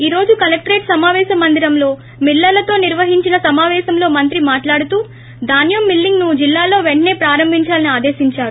ఈ రోజు కలెక్టరేట్ సమాపేశ మందిరంలో మిల్లర్లతో నిర్వహించిన సమాపేశంలో మంత్రి మాట్లాడుతూ ధాన్సం మిల్లింగ్ ను జిల్లాలో ే పెంటసే ప్రారంభించాలని ఆదేశంచారు